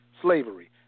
slavery